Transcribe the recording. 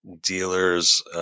dealers